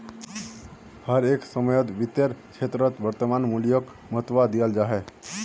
हर एक समयेत वित्तेर क्षेत्रोत वर्तमान मूल्योक महत्वा दियाल जाहा